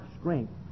strength